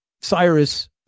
cyrus